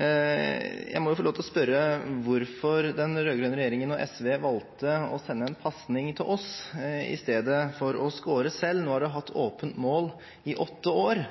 Jeg må jo få lov til å spørre om hvorfor den rød-grønne regjeringen og SV valgte å sende en pasning til oss i stedet for å score selv. Nå har de hatt åpent mål i åtte år,